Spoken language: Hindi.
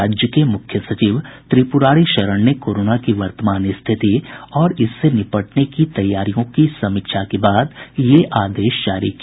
राज्य के मुख्य सचिव त्रिपुरारी शरण ने कोरोना की वर्तमान रिथति और इससे निपटने की तैयारियों की समीक्षा के बाद यह आदेश जारी किया